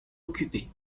occupé